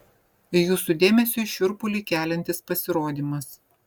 jūsų dėmesiui šiurpulį keliantis pasirodymas